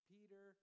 Peter